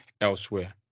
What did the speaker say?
elsewhere